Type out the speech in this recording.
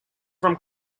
from